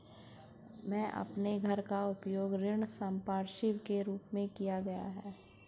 मैंने अपने घर का उपयोग ऋण संपार्श्विक के रूप में किया है